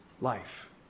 life